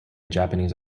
japanese